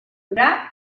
ura